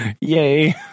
Yay